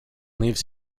leaves